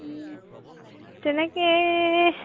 তেনেকৈ